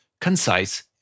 concise